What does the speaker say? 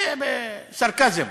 זה סרקזם.